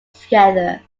together